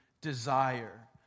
desire